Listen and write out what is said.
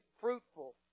fruitful